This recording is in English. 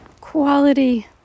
quality